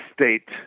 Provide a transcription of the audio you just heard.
state